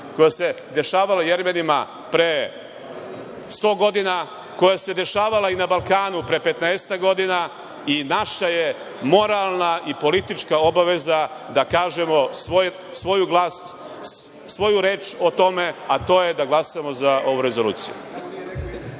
koja se dešavala Jermenima pre 100 godina, koja se dešavala i na Balkanu pre petnaestak godina. Naša je moralna i politička obaveza da kažemo svoju reč o tome, a to je da glasamo za ovu rezoluciju.